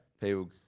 People